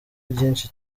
byinshi